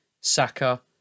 Saka